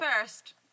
first